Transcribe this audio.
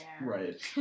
Right